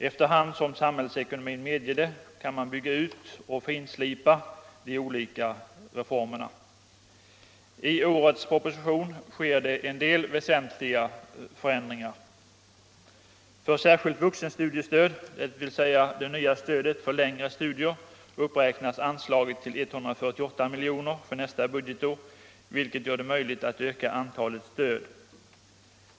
Efter hand som samhällsekonomin medger det kan man bygga ut och finslipa de olika reformerna. I årets proposition sker det en del väsentliga förändringar. För särskilt vuxenstudiestöd, dvs. det nya stödet för längre studier, uppräknas anslaget till 148 milj.kr. för nästa budgetår, vilket gör det möjligt att öka antalet stöd.